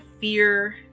fear